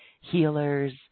healers